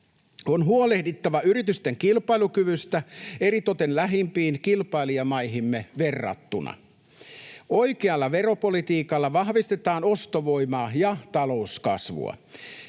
On huolehdittava yritysten kilpailukyvystä eritoten lähimpiin kilpailijamaihimme verrattuna. Oikealla veropolitiikalla vahvistetaan ostovoimaa ja talouskasvua.